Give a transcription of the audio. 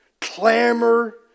Clamor